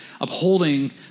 upholding